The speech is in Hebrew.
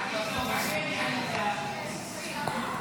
32 בעד, 40 נגד.